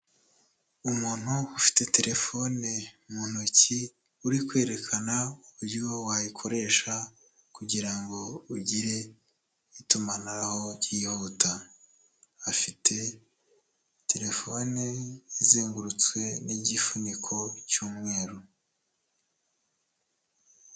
Umuntu ufite telefone mu ntoki, uri kwerekana uburyo wayikoresha, kugira ngo ugire itumanaho ryihuta. Afite terefone izengurutswe n'igifuniko cy'umweru.